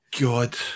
god